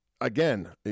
again